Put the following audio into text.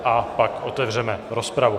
A pak otevřeme rozpravu.